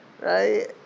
right